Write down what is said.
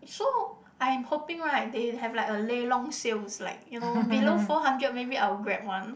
so I'm hoping right they have like a lelong sales like you know below four hundred maybe I will grab one